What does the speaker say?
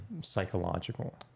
Psychological